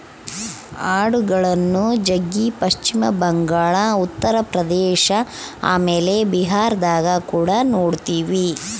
ಆಡುಗಳ್ನ ಜಗ್ಗಿ ಪಶ್ಚಿಮ ಬಂಗಾಳ, ಉತ್ತರ ಪ್ರದೇಶ ಆಮೇಲೆ ಬಿಹಾರದಗ ಕುಡ ನೊಡ್ತಿವಿ